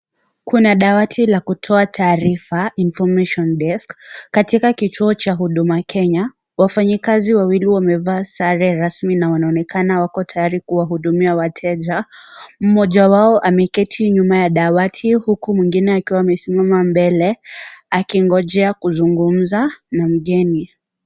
Kuna dawati la kutoa taarifa, (cs)information desk(cs), katika lituo cha huduma Kenya, wafanyikazibwawili wamevaa sare rasmi na wanaonekana wako tayari kuwahudumia wateja, mmoja wao ameketi nyuma ya dawati huku mwingine akiwa amesimama mbele, akingonjea kuzungumza, na mgeni.